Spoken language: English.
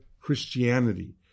Christianity